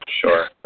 Sure